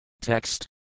Text